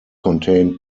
contain